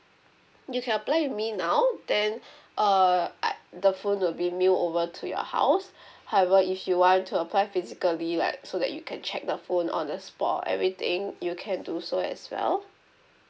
you can apply with me now then err I the phone will be mailed over to your house however if you want to apply physically like so that you can check the phone on the spot or everything you can do so as well